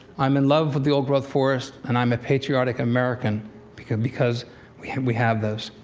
i'm in love with the old-growth forest, and i'm a patriotic american because because we have we have those.